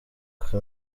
ati